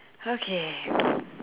okay